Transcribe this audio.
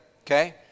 Okay